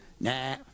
Nah